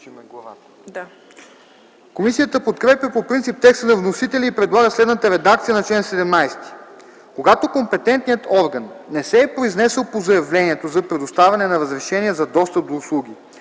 Комисията подкрепя по принцип текста на вносителя и предлага следната редакция на чл. 17: „Чл. 17. Когато компетентният орган не се е произнесъл по заявлението за предоставяне на разрешение за достъп до услуги